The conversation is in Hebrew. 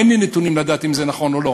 אין לי נתונים לדעת אם זה נכון או לא.